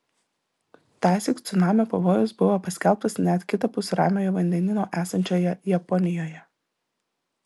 tąsyk cunamio pavojus buvo paskelbtas net kitapus ramiojo vandenyno esančioje japonijoje